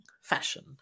fashion